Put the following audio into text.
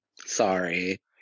Sorry